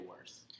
worse